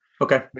okay